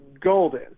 golden